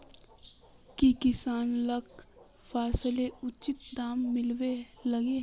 की किसान लाक फसलेर उचित दाम मिलबे लगे?